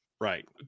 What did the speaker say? Right